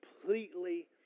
completely